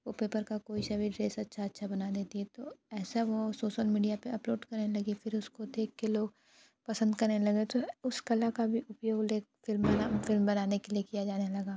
वह पेपर का कोई सा भी ड्रेस अच्छा अच्छा बना देती है तो ऐसा वह सोशल मीडिया पर अपलोड करने लगी फिर उसको देख कर लोग पसंद करने लगे तो उस कला का भी उपयोग लेग फ़िल्म बना फ़िल्म बनाने के लिए किया जाने लगा